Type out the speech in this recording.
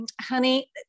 honey